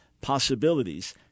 possibilities